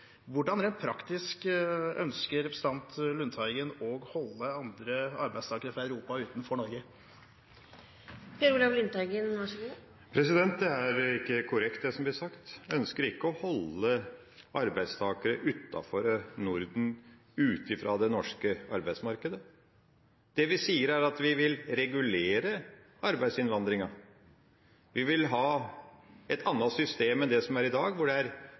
Hvordan, rent praktisk, ønsker representanten Lundteigen å holde andre arbeidstakere fra Europa utenfor Norge? Det er ikke korrekt det som blir sagt. Jeg ønsker ikke å holde arbeidstakere utenfor Norden ute fra det norske arbeidsmarkedet. Det vi sier, er at vi vil regulere arbeidsinnvandringa. Vi vil ha et annet system enn det som er i dag, hvor det er